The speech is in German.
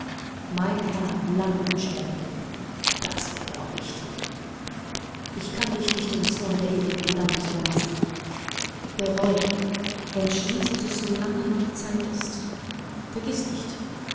mein herr hat lange und schwer gelitten das werde auch ich thun ich kann dich nicht im zorn der ewigen verdammnis überlassen bereue entschließe dich so lange noch zeit ist vergiß nicht